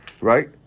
right